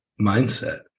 mindset